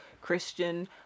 Christian